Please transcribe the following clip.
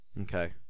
Okay